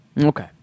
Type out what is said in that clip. Okay